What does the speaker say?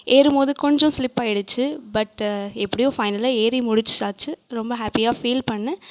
ஏறும்போது கொஞ்சம் சிலிப் ஆகிடிச்சி பட் எப்படியோ ஃபைனலாக ஏறி முடிச்சாச்சு ரொம்ப ஹாப்பியாக ஃபீல் பண்ணேன்